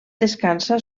descansa